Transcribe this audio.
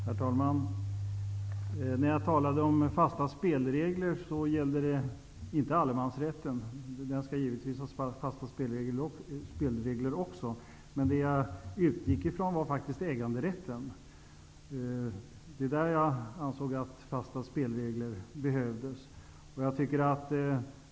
Herr talman! När jag talade om fasta spelregler avsåg jag inte allemansrätten -- den skall givetvis också ha fasta spelregler -- utan äganderätten. Jag anser att det behövs fasta spelregler där.